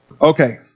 Okay